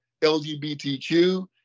LGBTQ